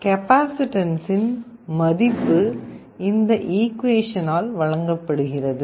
கெபாசிட்டன்ஸின் மதிப்பு இந்த ஈக்குவேசன் ஆல் வழங்கப்படுகிறது